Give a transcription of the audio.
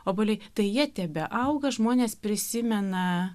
obuolį tai jie tebeauga žmonės prisimena